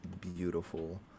beautiful